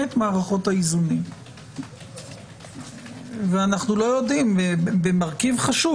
את מערכות האיזונים ואנחנו לא יודעים במרכיב חשוב